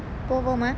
போவமா:povama